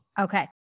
Okay